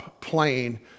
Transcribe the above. plane